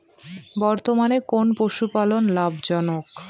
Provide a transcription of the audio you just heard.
বর্তমানে কোন পশুপালন লাভজনক?